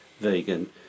vegan